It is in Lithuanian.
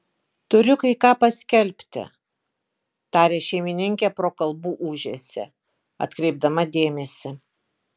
turiu kai ką paskelbti tarė šeimininkė pro kalbų ūžesį atkreipdama dėmesį